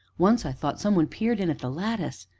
once i thought some one peered in at the lattice,